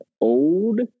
old